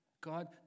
God